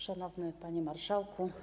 Szanowny Panie Marszałku!